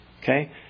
Okay